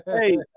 hey